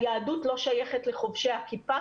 שהיהדות לא שייכת לחובשי הכיפה,